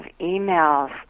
emails